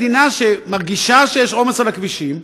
מדינה שמרגישה שיש עומס על הכבישים,